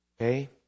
Okay